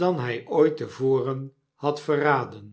dan hy ooit te voren had verraden